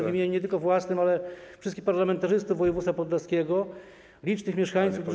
w imieniu nie tylko własnym, ale też wszystkich parlamentarzystów województwa podlaskiego, licznych mieszkańców, którzy.